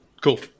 Cool